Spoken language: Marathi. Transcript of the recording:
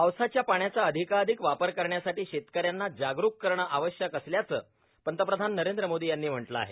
पावसाच्या पाण्याचा अधिकाधिक वापर करण्यासाठी शेतकऱ्यांना जागरूक करणं आवश्यक असल्याचं पंतप्रधान नरेंद्र मोदी यांनी म्हटलं आहे